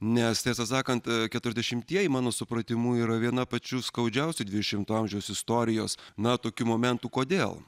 nes tiesą sakant keturiasdešimtieji mano supratimu yra viena pačių skaudžiausių dvidešimto amžiaus istorijos na tokių momentų kodėl